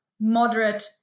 moderate